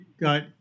got